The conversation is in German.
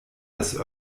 des